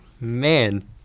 Man